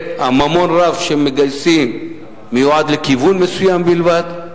הוא רק פקיד, בדיוק כמו בתקופה העות'מאנית.